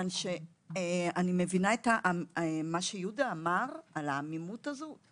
אני מבינה את מה שיהודה אמר על העמימות הזאת,